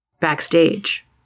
Backstage